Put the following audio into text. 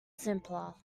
simpler